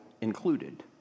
included